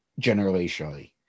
generationally